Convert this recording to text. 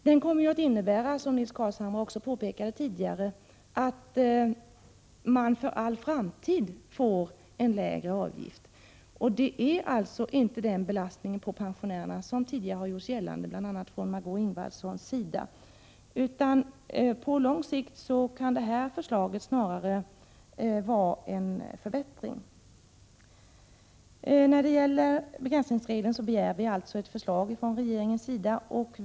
Denna kommer, som Nils Carlshamre tidigare påpekat, att innebära att man för all framtid får en 63 lägre avgift. Förslaget medför alltså inte den belastning på pensionärerna som tidigare bl.a. Margé Ingvardsson gjort gällande. På lång sikt kan förslaget snarare innebära en förbättring. Vi begär alltså ett förslag från regeringen om en begränsningsregel.